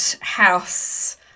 house